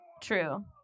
True